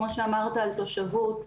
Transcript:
כמו שאמרת על תושבות,